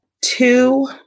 Two